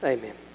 Amen